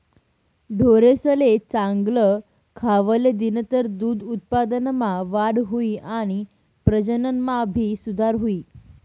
ढोरेसले चांगल खावले दिनतर दूध उत्पादनमा वाढ हुई आणि प्रजनन मा भी सुधार हुई